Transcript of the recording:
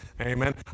Amen